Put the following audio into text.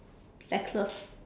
necklace